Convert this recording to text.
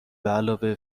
بعلاوه